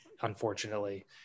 unfortunately